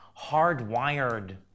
hardwired